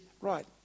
right